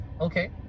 okay